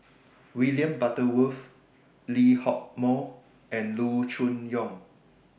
William Butterworth Lee Hock Moh and Loo Choon Yong